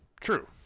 True